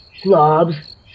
slobs